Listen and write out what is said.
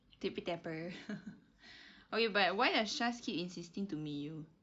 tippy tapper okay but why does syaz keep insisting to meet you